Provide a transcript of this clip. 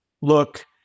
look